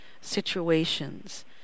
situations